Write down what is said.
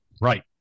Right